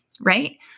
right